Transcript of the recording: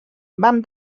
vam